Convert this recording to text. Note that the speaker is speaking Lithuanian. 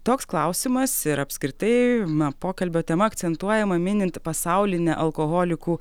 toks klausimas ir apskritai na pokalbio tema akcentuojama minint pasaulinę alkoholikų